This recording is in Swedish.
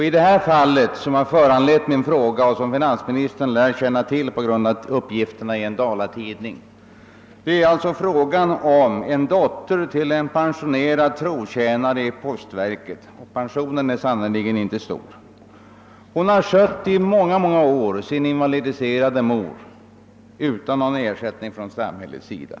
I det fall, som har föranlett min fråga och som finansministern lär känna till på grund av uppgifter i en dalatidning, är det fråga om en dotter till en pensionerad trotjänare i postverket, och pensionen är sannerligen inte stor. Hon har i många år skött sin invalidiserade mor utan ersättning från samhällets sida.